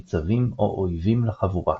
ניצבים או אויבים לחבורה.